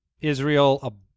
Israel